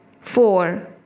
Four